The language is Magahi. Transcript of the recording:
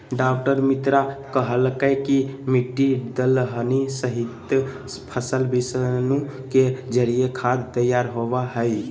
डॉ मित्रा कहलकय कि मिट्टी, दलहनी सहित, फसल विषाणु के जरिए खाद तैयार होबो हइ